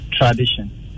tradition